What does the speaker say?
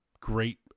great